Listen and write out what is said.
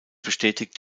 bestätigt